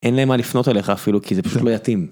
אין להם מה לפנות אליך אפילו כי זה פשוט לא יתאים.